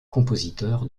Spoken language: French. compositeur